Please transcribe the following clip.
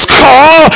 call